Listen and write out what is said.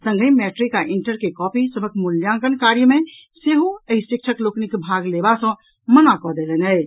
संगहि मैट्रिक आ इंटर के कॉपी सभक मूल्यांकन कार्य मे सेहो एहि शिक्षक लोकनि भाग लेबा सॅ मना कऽ देलनि अछि